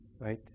Right